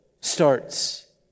starts